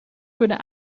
kunnen